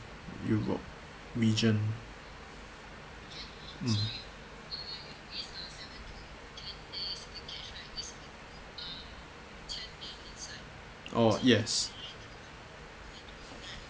europe region mm yes oh yes